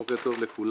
בוקר טוב לכולם.